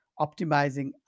optimizing